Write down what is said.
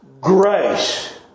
grace